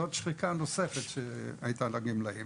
אז זאת שחיקה נוספת שהיתה לגמלאים.